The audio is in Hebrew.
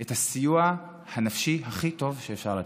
את הסיוע הנפשי הכי טוב שאפשר לתת.